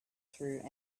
through